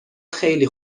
خیلی